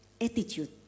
attitude